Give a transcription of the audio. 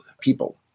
people